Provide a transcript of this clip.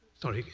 sorry.